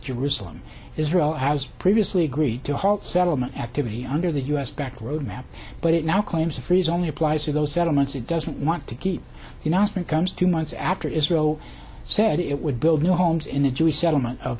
jerusalem israel has previously agreed to halt settlement activity under the u s backed road map but it now claims a freeze only applies to those settlements it doesn't want to keep the master comes two months after israel said it would build new homes in a jewish settlement of